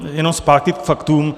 Jenom zpátky k faktům.